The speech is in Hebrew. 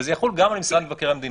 וזה יחול גם על משרד מבקר המדינה,